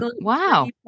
wow